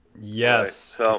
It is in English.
yes